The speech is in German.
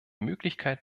möglichkeit